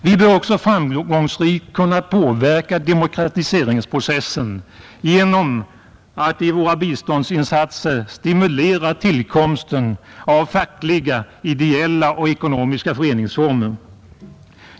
Vi bör också framgångsrikt kunna påverka demokratiseringsprocessen genom att i våra biståndsinsatser stimulera tillkomsten av fackliga, ideella och ekonomiska föreningsformer.